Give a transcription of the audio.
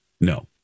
No